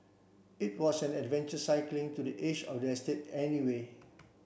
it was an adventure cycling to the edge of the estate anyway